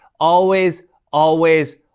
always, always,